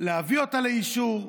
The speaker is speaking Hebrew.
להביא אותו לאישור.